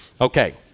Okay